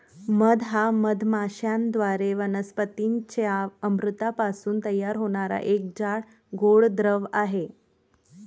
मध हा मधमाश्यांद्वारे वनस्पतीं च्या अमृतापासून तयार होणारा एक जाड, गोड द्रव आहे